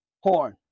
Horn